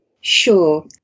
sure